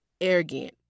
arrogant